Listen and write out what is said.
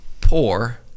poor